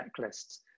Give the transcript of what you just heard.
checklists